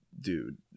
dude